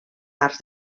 arts